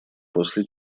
после